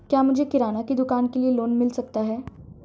क्या मुझे किराना की दुकान के लिए लोंन मिल सकता है?